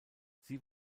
sie